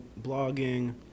blogging